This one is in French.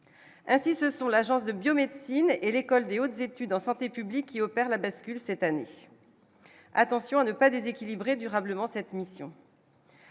ainsi ce sont l'Agence de biomédecine et l'école Des hautes études en santé publique, qui opère la bascule cette année, attention à ne pas déséquilibrer durablement cette mission,